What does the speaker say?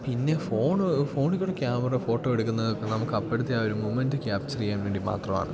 പിന്നെ ഫോണിൽക്കൂടി camera photo എടുക്കുന്നത് നമുക്ക് അപ്പോഴത്തെ ആ ഒരു മുമെൻ്റ് ക്യാപ്ചർ ചെയ്യാൻ വേണ്ടി മാത്രമാണ്